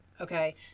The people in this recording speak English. Okay